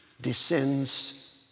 descends